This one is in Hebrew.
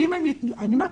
אני אומרת